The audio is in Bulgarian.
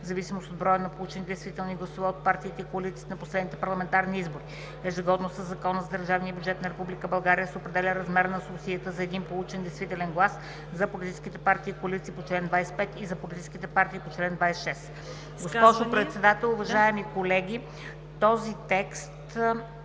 в зависимост от броя на получените действителни гласове от партиите и коалициите на последните парламентарни избори. Ежегодно със Закона за държавния бюджет на Република България се определя размерът на субсидията за един получен действителен глас за политическите партии и коалиции по чл. 25 и за политическите партии по чл. 26.“ Госпожо Председател, уважаеми колеги, този текст